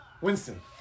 Winston